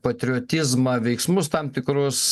patriotizmą veiksmus tam tikrus